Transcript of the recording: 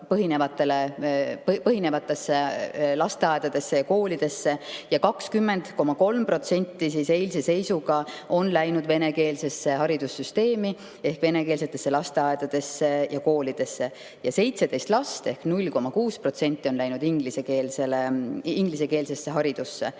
põhinevatesse lasteaedadesse ja koolidesse ning 20,3% on eilse seisuga läinud venekeelsesse haridussüsteemi ehk venekeelsetesse lasteaedadesse ja koolidesse. 17 last ehk 0,6% on läinud ingliskeelsesse haridus[süsteemi].